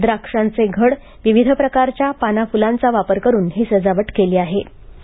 द्राक्षांचे घड विविध प्रकारच्या पाना फुलांचा वापर करून ही सजावट केली होती